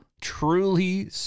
truly